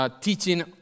teaching